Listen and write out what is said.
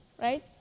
right